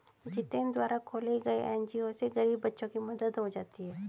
जितेंद्र द्वारा खोले गये एन.जी.ओ से गरीब बच्चों की मदद हो जाती है